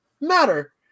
matter